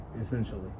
essentially